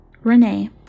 Renee